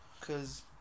cause